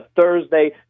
Thursday